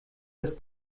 des